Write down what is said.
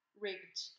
rigged